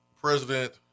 president